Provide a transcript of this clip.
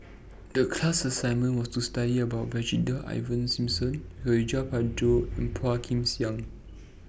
The class assignment was to study about Brigadier Ivan Simson Suradi Parjo and Phua Kin Siang